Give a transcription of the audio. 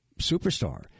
superstar